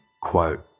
quote